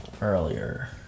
earlier